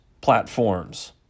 platforms